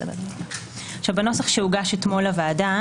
בנוסח שהוגש אתמול לוועדה,